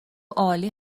عالی